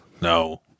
No